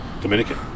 Dominican